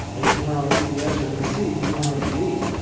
and if you weren't on cbs or nbc, you weren't on tv.